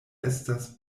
estas